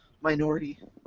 minority